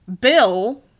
Bill